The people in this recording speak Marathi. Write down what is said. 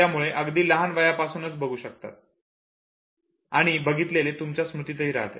यामुळे तुम्ही अगदी लहान वयापासूनच बघू शकतात आणि बघितलेले तुमच्या स्मृतीतही राहते